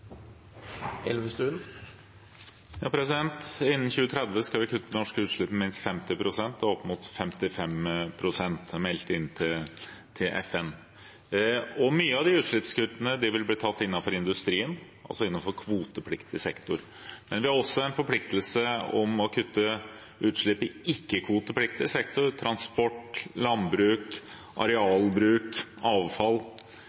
Innen 2030 skal vi kutte norske utslipp med minst 50 pst. – og opp mot 55 pst. Det er meldt inn til FN. Mye av de utslippskuttene vil bli tatt innenfor industrien, altså innenfor kvotepliktig sektor, men vi har også en forpliktelse om å kutte utslipp i ikke-kvotepliktig sektor, transport, landbruk,